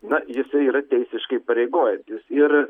na jisai yra teisiškai įpareigojantis ir